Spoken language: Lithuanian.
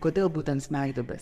kodėl būtent smegduobės